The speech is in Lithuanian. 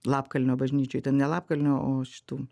lapkalnio bažnyčioj ten ne lapkalnio o šitų